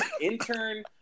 intern